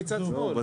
נמצא אתנו